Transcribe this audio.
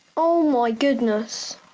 oh my goodness,